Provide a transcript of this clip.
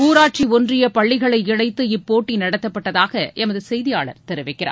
ஊராட்சி ஒன்றிய பள்ளிகளை இணைத்து இப்போட்டி நடத்தப்பட்டதாக எமது செய்தியாளர் தெரிவிக்கிறார்